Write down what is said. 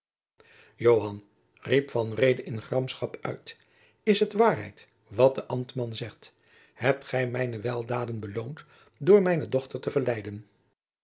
riep van reede in gramschap uit is het waarheid wat de ambtman zegt hebt gij mijne weldaden beloond door mijne dochter te verleiden